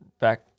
back